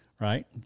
right